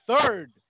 third